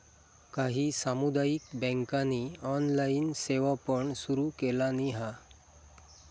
काही सामुदायिक बँकांनी ऑनलाइन सेवा पण सुरू केलानी हा